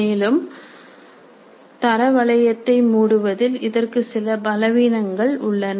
மேலும் தர வளையத்தை மூடுவதில் இதற்கு சில பலவீனங்கள் உள்ளன